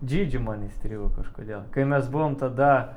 džidži man įstrigo kažkodėl kai mes buvom tada